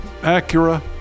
Acura